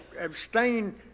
abstain